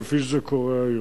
כפי שזה קורה היום.